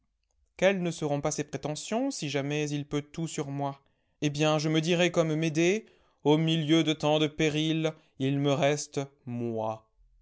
quelles ne seront pas ses prétentions si jamais il peut tout sur moi eh bien je me dirai comme médée au milieu de tant de périls il me reste moi